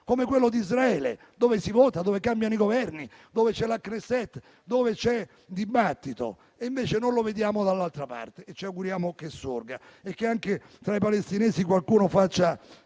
come quello di Israele, dove si vota, dove cambiano i Governi, dove c'è la Knesset, dove c'è dibattito. Invece non lo vediamo dall'altra parte, quindi ci auguriamo che sorga e che anche tra i palestinesi qualcuno faccia